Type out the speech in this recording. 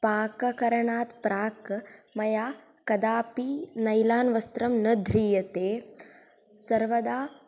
पाककरणात् प्राक् मया कदापि नैलान् वस्त्रं न ध्रीयते सर्वदा